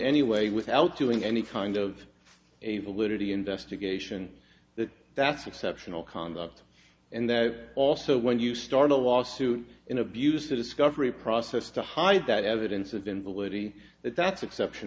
anyway without doing any kind of a validity investigation that that's exceptional conduct and that also when you start a lawsuit in abuse the discovery process to hide that evidence of invalidity that's exception